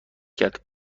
کرد